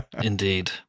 Indeed